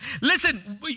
Listen